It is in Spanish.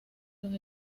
los